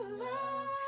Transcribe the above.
love